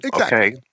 okay